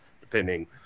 depending